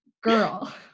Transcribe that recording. girl